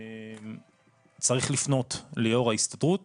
צריך לפנות ליו"ר ההסתדרות